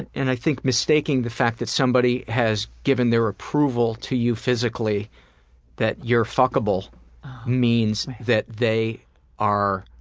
and i think mistaking the fact that somebody has given their approval to you physically that you're fuckable means that they are